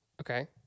Okay